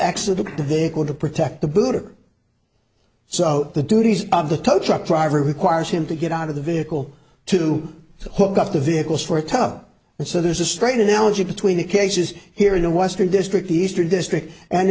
accident the vehicle to protect the buddha so the duties of the tow truck driver requires him to get out of the vehicle to hook up the vehicles for a tub and so there's a straight analogy between the cases here in the western district eastern district and